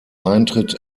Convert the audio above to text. eintritt